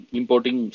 importing